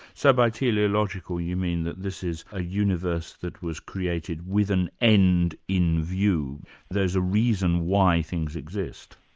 so by theleological you mean that this is a universe that was created with an end in view there's a reason why things exist.